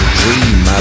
dream